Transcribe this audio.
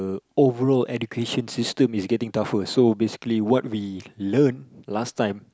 overall education system is getting tougher so basically what we learn last time